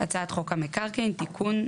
"הצעת חוק המקרקעין (תיקון,